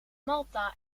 malta